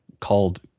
called